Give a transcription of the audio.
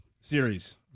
series